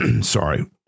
sorry